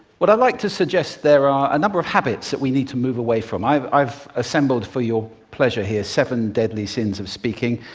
what i'd like to suggest, there are a number of habits that we need to move away from. i've i've assembled for your pleasure here seven deadly sins of speaking.